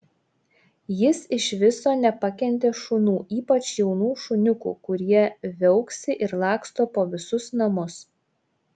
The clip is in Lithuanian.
jis iš viso nepakentė šunų ypač jaunų šuniukų kurie viauksi ir laksto po visus namus